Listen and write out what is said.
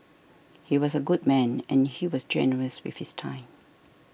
he was a good man and he was generous with his time